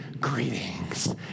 greetings